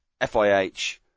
FIH